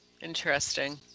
Interesting